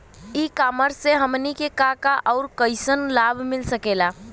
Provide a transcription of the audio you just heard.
ई कॉमर्स से हमनी के का का अउर कइसन लाभ मिल सकेला?